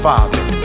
Father